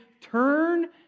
turn